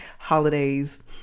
holidays